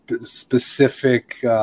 specific